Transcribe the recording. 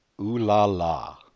ooh-la-la